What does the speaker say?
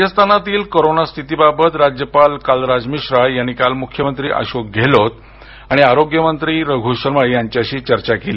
राजस्थानातील कोरोना स्थिती बाबत राज्यपाल कालराज मिश्रा यांनी काल मुख्यमंत्री अशोक गेहलोत आणि आरोग्यमंत्री रघु शर्मा यांच्याशी चर्चा केली